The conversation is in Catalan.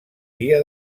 dia